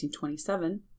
1927